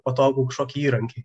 patogų kašokį įrankį